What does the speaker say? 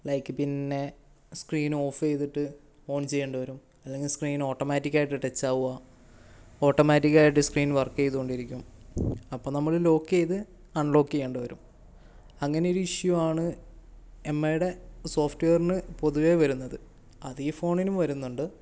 like പിന്നെ screen off ചെയ്തിട്ട് on ചെയ്യേണ്ടി വരും അല്ലെങ്കിൽ സ്ക്രീൻ ഓട്ടോമാറ്റിക്കായിട്ട് ടച്ച് ആവുക ഓട്ടോമാറ്റിക്കായിട്ട് സ്ക്രീൻ വർക്ക് ചെയ്തോണ്ടിരിക്കും അപ്പോൾ നമ്മൾ ലോക്ക് ചെയ്ത് ആൺലോക്ക് ചെയ്യേണ്ടിവരും അങ്ങനെ ഒരു ഇഷ്യു ആണ് എം ഐയുടെ സോഫ്റ്റ്വെയറിന് പൊതുവെ വരുന്നത് അതീ ഫോണിനും വരുന്നുണ്ട്